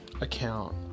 account